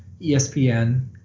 ESPN